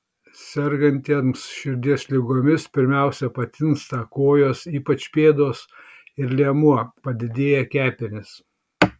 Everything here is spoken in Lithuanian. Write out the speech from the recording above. sergantiems širdies ligomis pirmiausia patinsta kojos ypač pėdos ir liemuo padidėja kepenys